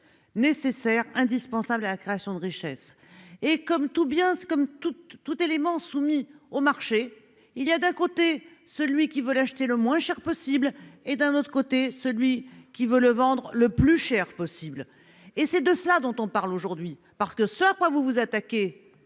Nécessaire, indispensable à la création de richesses et comme tout bien s'comme toute toute éléments soumis au marché il y a d'un côté celui qui veut l'acheter le moins cher possible et d'un autre côté celui qui veut le vendre le plus cher possible. Et c'est de cela dont on parle aujourd'hui parce que ce à quoi vous vous attaquez.